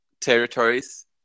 territories